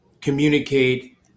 communicate